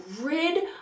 rid